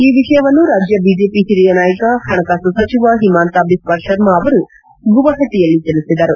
ಈ ವಿಷಯವನ್ನು ರಾಜ್ಯ ಬಿಜೆಪಿ ಹಿರಿಯ ನಾಯಕ ಹಣಕಾಸು ಸಚಿವ ಹಿಮಾಂತ ಬಿಸ್ವಾ ಶರ್ಮ ಅವರು ಗುವಾಹಟಿಯಲ್ಲಿ ತಿಳಿಸಿದರು